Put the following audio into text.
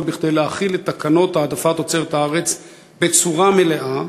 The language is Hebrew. כדי להחיל את תקנות העדפת תוצרת הארץ בצורה מלאה,